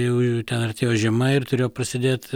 jau artėjo žiema ir turėjo prasidėt